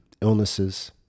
illnesses